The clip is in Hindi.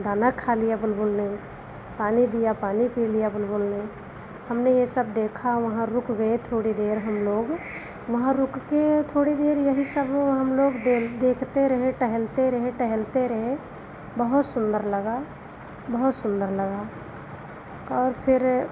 दाना खा लिया बुलबुल ने पानी दिया पानी पी लिया बुलबुल ने हमने यह सब देखा वहाँ रुक गए थोड़ी देर हम लोग वहाँ रुक कर थोड़ी देर यही सब ओ हम लोग देखते रहे टहलते रहे टहलते रहे बहुत सुन्दर लगा बहुत सुन्दर लगा और फिर